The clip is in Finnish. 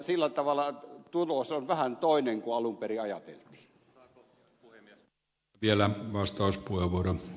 sillä tavalla tulos on vähän toinen kuin alun perin ajateltiin